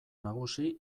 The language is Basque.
nagusi